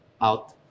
out